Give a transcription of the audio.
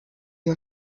you